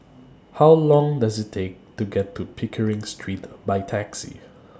How Long Does IT Take to get to Pickering Street By Taxi